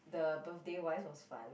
the birthday wise was fun